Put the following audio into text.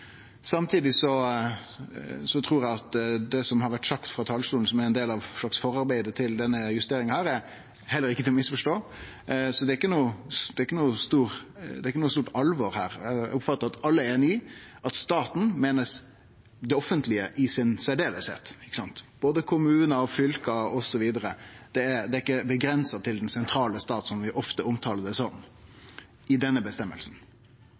Samtidig trur eg at det som har blitt sagt frå talarstolen, som er ein del av forarbeidet til denne justeringa, heller ikkje er til å misforstå. Det er ikkje noko stort alvor her. Eg oppfattar at alle er einige i at med «staten» meiner ein det offentlege i seg sjølv – både kommunar, fylke osv. Det er ikkje avgrensa til den sentrale staten vi ofte omtaler det som, i denne